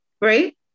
Right